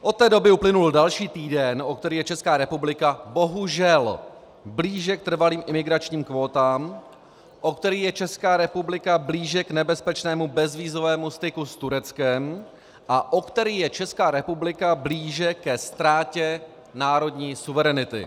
Od té doby uplynul další týden, o který je Česká republika bohužel blíže k trvalým imigračním kvótám, o který je Česká republika blíže k nebezpečnému bezvízovému styku s Tureckem a o který je Česká republika blíže ke ztrátě národní suverenity.